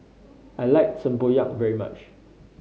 I like tempoyak very much